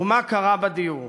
ומה קרה בדיור?